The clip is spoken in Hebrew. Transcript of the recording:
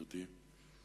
גברתי.